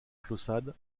clausade